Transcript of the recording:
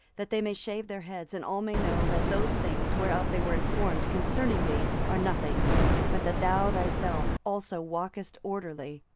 that they may shave their heads and all may know that those things, whereof they were informed concerning thee, are nothing but that thou thyself also walkest orderly,